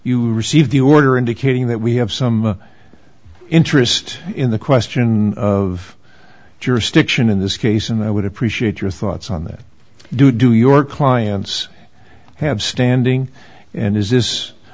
you received the order indicating that we have some interest in the question of jurisdiction in this case and i would appreciate your thoughts on that do do your clients have standing and is this